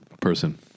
Person